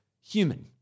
human